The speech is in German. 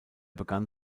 begann